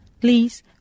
please